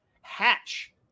Hatch